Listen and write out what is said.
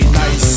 nice